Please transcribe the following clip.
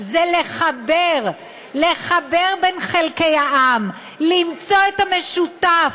זה לחבר, לחבר בין חלקי העם, למצוא את המשותף,